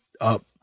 up